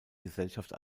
gesellschaft